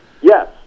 Yes